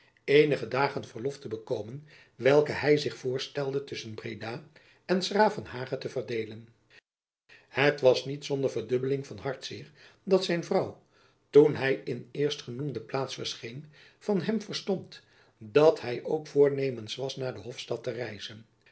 eenige dagen verlof te bekomen welke hy zich voorstelde tusschen breda en s gravenhage te verdeelen het was niet zonder verdubbeling van hartzeer dat zijn vrouw toen hy in eerstgenoemde plaats verscheen van hem verstond dat hy ook voornemens was naar de hofstad te reizen